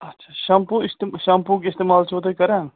اچھا شَمپوٗ اِستِم شَمپوٗوُک اِستعمال چھُوا تُہۍ کران